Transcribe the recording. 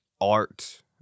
art